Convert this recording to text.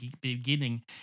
beginning